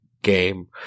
game